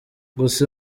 guca